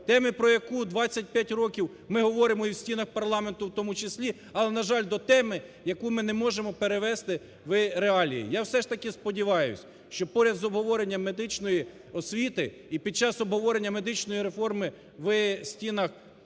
теми, про яку 25 років ми говоримо і в стінах парламенту в тому числі, але, на жаль, до теми, яку ми не можемо перевести в реалії. Я все ж таки сподіваюсь, що поряд з обговоренням медичної освіти і під час обговорення медичної реформи в стінах профільного